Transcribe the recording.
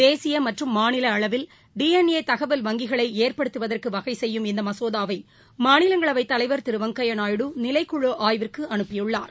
தேசிய மற்றும் மாநில அளவில் டி என் ஏ தகவல் வங்கிகளை ஏற்படுத்துவதற்கு வகை செய்யும் இந்த மசோதாவை மாநிலங்களவைத் தலைவர் திரு வெங்கையா நாயுடு நிலைக்குழ ஆய்விற்கு அனுப்பியுள்ளார்